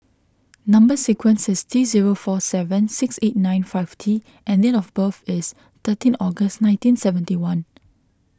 Number Sequence is T zero four seven six eight nine five T and date of birth is thirteen August nineteen seventy one